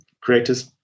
creators